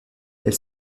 elle